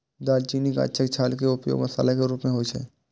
दालचीनी गाछक छाल के उपयोग मसाला के रूप मे होइ छै